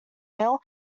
mail